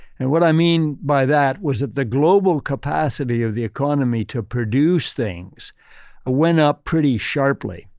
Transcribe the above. and what i mean by that, was that the global capacity of the economy to produce things went up pretty sharply.